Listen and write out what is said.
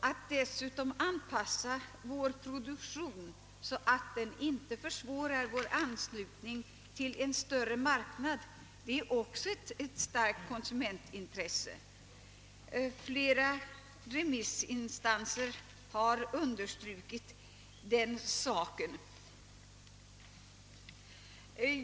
Att vi avpassar vår produk: tion så, att den inte försvårar vår anslutning till en större marknad, är också ett starkt konsumentintresse. Flera remissinstanser har understrukit den saken.